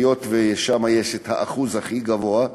היות ששם האחוז הכי גבוה.